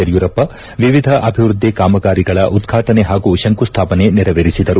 ಯಡಿಯೂರಪ್ಪ ವಿವಿಧ ಅಭಿವೃದ್ಧಿ ಕಾಮಗಾರಿಗಳ ಉದ್ಘಾಟನೆ ಹಾಗೂ ಶಂಕುಸ್ಥಾಪನೆ ನೆರವೇರಿಸಿದರು